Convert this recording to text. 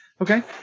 Okay